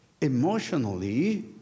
emotionally